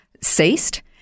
ceased